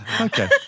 Okay